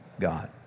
God